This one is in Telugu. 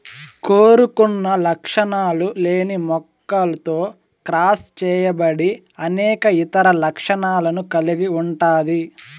కోరుకున్న లక్షణాలు లేని మొక్కతో క్రాస్ చేయబడి అనేక ఇతర లక్షణాలను కలిగి ఉంటాది